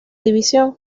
división